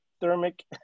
thermic